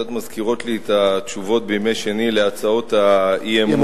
קצת מזכירות לי את התשובות בימי שני על הצעות האי-אמון.